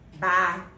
Bye